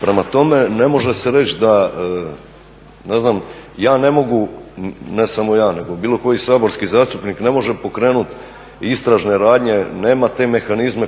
Prema tome, ne može se reći da, ne znam, ja ne mogu, ne samo ja, nego bilo koji saborski zastupnik ne može pokrenuti istražne radnje, nema te mehanizme